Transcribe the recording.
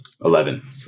Eleven